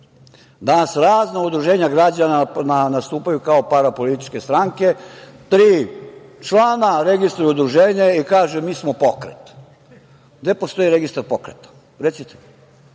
razna udruženja građana nastupaju kao parapolitičke stranke. Tri člana registruju udruženje i kažu mi smo pokret. Gde postoji registar pokreta? Recite.